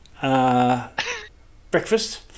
breakfast